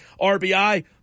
RBI